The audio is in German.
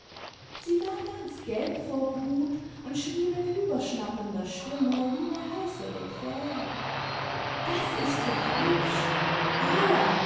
sie war ganz gelb vor wut und schrie mit überschnappender stimme wie ne heisere krähe das ist ja hübsch i a